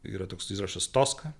yra toks įrašas toska